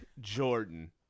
Jordan